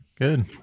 good